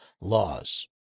laws